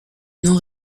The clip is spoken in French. non